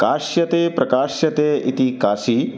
काश्यते प्रकाश्यते इति काशी